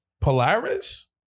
Polaris